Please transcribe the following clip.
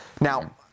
Now